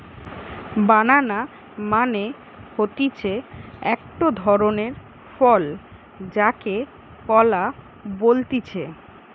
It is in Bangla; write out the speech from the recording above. বানানা মানে হতিছে একটো ধরণের ফল যাকে কলা বলতিছে